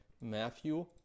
Matthew